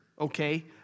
okay